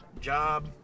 job